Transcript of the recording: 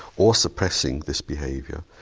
or suppressing this behaviour.